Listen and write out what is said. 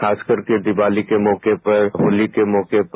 खास कर के दिवाली के मौके पर होली के मौके पर